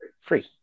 free